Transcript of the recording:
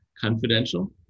confidential